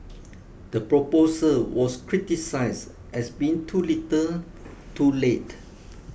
the proposal was criticised as being too little too late